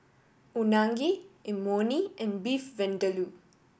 Unagi Imoni and Beef Vindaloo